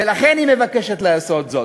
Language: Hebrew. ולכן היא מבקשת לעשות זאת.